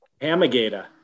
Hamagata